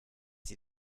sie